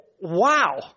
wow